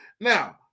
Now